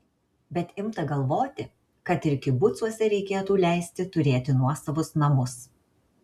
bet imta galvoti kad ir kibucuose reikėtų leisti turėti nuosavus namus